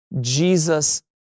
Jesus